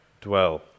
dwell